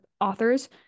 authors